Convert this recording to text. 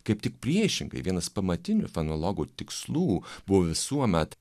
kaip tik priešingai vienas pamatinių fenologų tikslų buvo visuomet